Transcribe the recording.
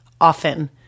often